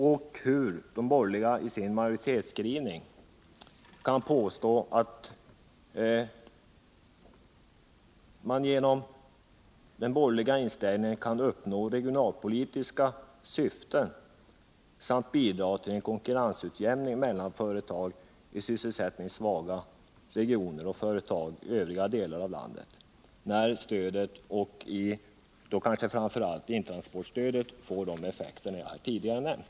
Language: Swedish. Och hur kan de borgerliga i sin majoritetsskrivning påstå att man på det sätt de förordar kan uppnå regionalpolitiska syften och bidra till en konkurrensutjämning mellan företag i sysselsättningssvaga regioner och företag i övriga delar av landet, när stödet — och då kanske framför allt intransportstödet — får de effekter jag tidigare har nämnt?